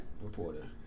reporter